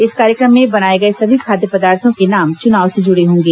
इस कार्यक्रम में बनाए गए सभी खाद्य पदार्थों के नाम चुनाव से जुड़े होंगे